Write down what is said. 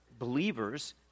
Believers